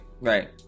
Right